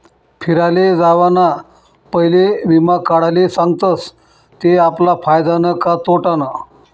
फिराले जावाना पयले वीमा काढाले सांगतस ते आपला फायदानं का तोटानं